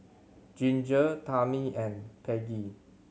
Ginger Tami and Peggie